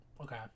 Okay